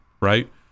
right